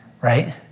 right